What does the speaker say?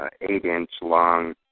eight-inch-long